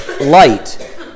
light